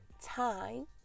time